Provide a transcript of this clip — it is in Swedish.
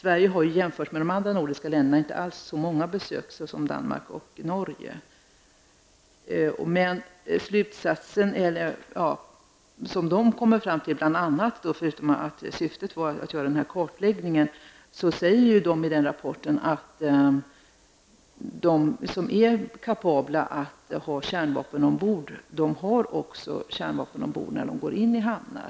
Vid en jämförelse med de andra nordiska länderna visar det sig att Sverige inte alls har haft så många besök som Danmark och Norge. Förutom att syftet var att göra denna kartläggning, säger forskargruppen i rapporten att de fartyg som är kapabla att ha kärnvapen ombord, de har också kärnvapen ombord när de går in i hamnar.